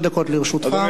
מכובדי השרים,